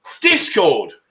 Discord